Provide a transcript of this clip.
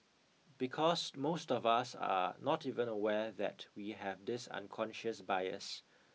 because most of us are not even aware that we have this unconscious bias